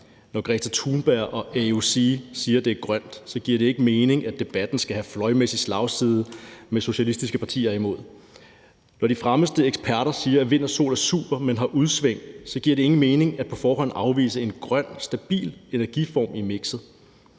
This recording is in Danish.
Alexandria Ocasio-Cortez, siger, at det er grønt, giver det ikke mening, at debatten skal have fløjmæssig slagside med socialistiske partier imod. Når de fremmeste eksperter siger, at vind- og solkraft er super, men har udsving, giver det ingen mening på forhånd at afvise en grøn, stabil energiform i mikset.